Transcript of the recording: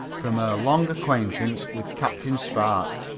from her long acquaintance with captain spark.